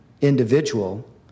individual